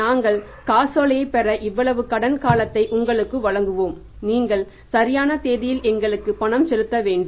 நாங்கள் காசோலையைப் பெற இவ்வளவு கடன் காலத்தை உங்களுக்கு வழங்குவோம் நீங்கள் சரியான தேதியில் எங்களுக்கு பணம் செலுத்த வேண்டும்